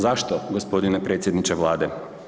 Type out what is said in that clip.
Zašto gospodine predsjedniče Vlade?